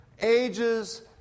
ages